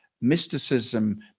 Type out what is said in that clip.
mysticism